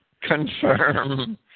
Confirm